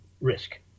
risk